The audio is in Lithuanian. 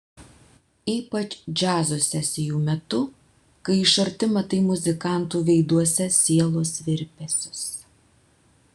ypač džiazo sesijų metu kai iš arti matai muzikantų veiduose sielos virpesius